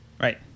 Right